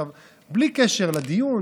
בלי קשר לדיון,